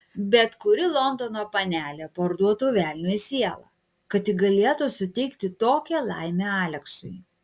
bet kuri londono panelė parduotų velniui sielą kad tik galėtų suteikti tokią laimę aleksui